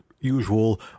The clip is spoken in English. usual